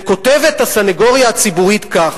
וכותבת הסניגוריה הציבורית כך,